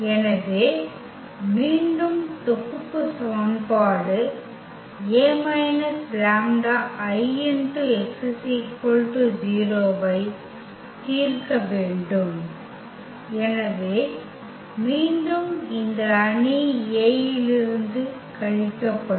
எனவே மீண்டும் தொகுப்பு சமன்பாடு A − λIx 0 ஐ தீர்க்க வேண்டும் எனவே மீண்டும் இந்த அணி A இலிருந்து கழிக்கப்படும்